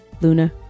Luna